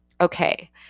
okay